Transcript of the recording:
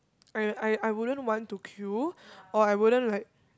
I I I wouldn't want to queue or I wouldn't like